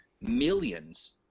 millions